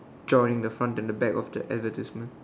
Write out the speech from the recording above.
joining the front and back of the advertisement